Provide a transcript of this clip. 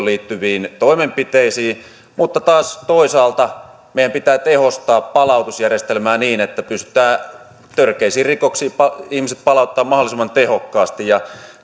liittyviin toimenpiteisiin mutta taas toisaalta meidän pitää tehostaa palautusjärjestelmää niin että pystytään törkeisiin rikoksiin syyllistyneet ihmiset palauttamaan mahdollisimman tehokkaasti